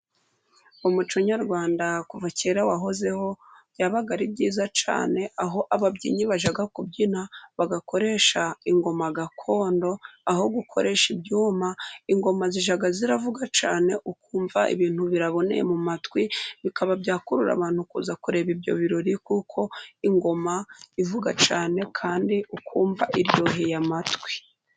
Umuco nyarwanda kuva kera wahozeho，byabaga ari byiza cyane， aho ababyinnyi bajya kubyina bagakoresha ingoma gakondo，aho gukoresha ibyuma. Ingoma zijya ziravuga cyane， ukumva ibintu biraboneye mu matwi， bikaba byakurura abantu kuza kureba ibyo birori， kuko ingoma ivuga cyane，kandi ukumva iryoheye amatwi.